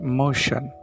motion